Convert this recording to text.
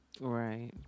Right